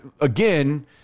again